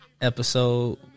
episode